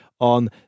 on